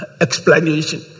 explanation